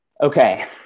Okay